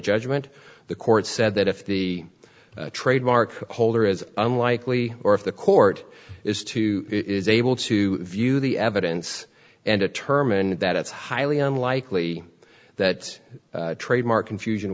judgment the court said that if the trademark holder is unlikely or if the court is to is able to view the evidence and determine that it's highly unlikely that trademark confusion